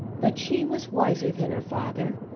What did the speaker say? but she was wiser than her father,